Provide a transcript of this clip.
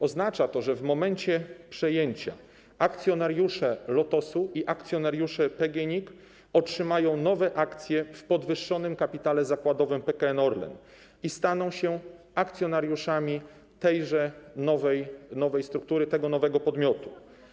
Oznacza to, że w momencie przejęcia akcjonariusze Lotosu i akcjonariusze PGNiG otrzymają nowe akcje w podwyższonym kapitale zakładowym PKN Orlen i staną się akcjonariuszami tejże nowej struktury, tego nowego podmiotu.